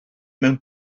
mewn